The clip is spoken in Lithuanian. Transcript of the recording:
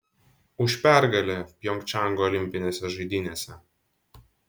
už pergalę pjongčango olimpinėse žaidynėse